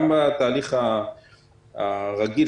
גם התהליך הרגיל,